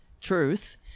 truth